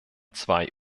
zwei